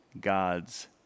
God's